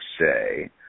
say